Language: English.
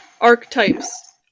Archetypes